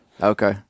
Okay